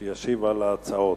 שישיב על ההצעות.